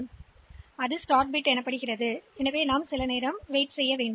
எனவே அது தொடக்க பிட்டாக இருக்கும் பின்னர் நாம் சிறிது நேரம் காத்திருக்க வேண்டும்